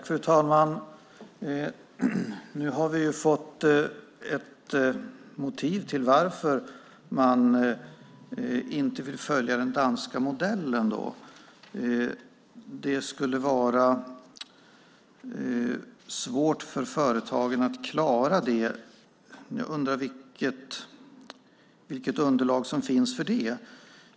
Fru talman! Nu har vi fått ett motiv till att man inte vill följa den danska modellen. Det skulle då vara svårt för företagen att klara det. Jag undrar vilket underlag som finns för det.